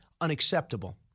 unacceptable